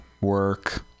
work